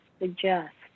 suggest